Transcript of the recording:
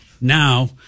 Now